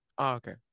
Okay